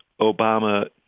Obama